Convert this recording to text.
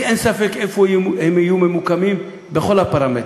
לי אין ספק איפה הם יהיו ממוקמים בכל הפרמטרים,